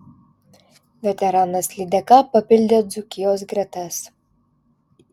veteranas lydeka papildė dzūkijos gretas